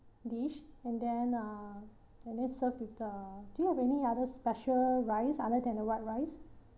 dish and then uh and then serve with the do you have any other special rice other than the white rice